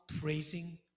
praising